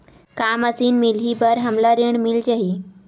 का मशीन मिलही बर हमला ऋण मिल जाही?